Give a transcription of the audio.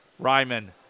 Ryman